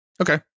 Okay